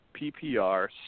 PPR